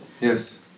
Yes